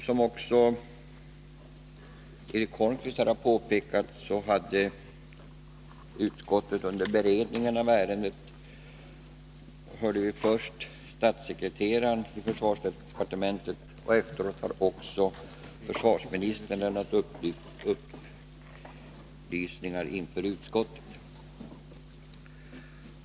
Som också Eric Holmqvist har påpekat hörde utskottet under beredningen av ärendet först statssekreteraren i försvarsdepartementet, och efteråt har också försvarsministern lämnat upplysningar inför utskottet.